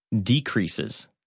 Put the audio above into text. Decreases